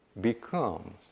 becomes